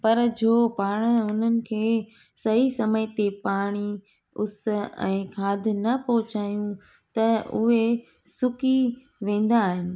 पर जो पाण उन्हनि खे सही समय ते पाणी उस ऐं खाधु न पहुचायूं त उहे सुकी वेंदा आहिनि